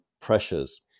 pressures